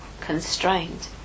constrained